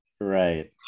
Right